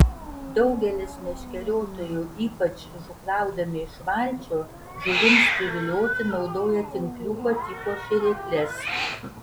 daugelis meškeriotojų ypač žūklaudami iš valčių žuvims privilioti naudoja tinkliuko tipo šėrykles